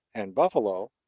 and buffalo,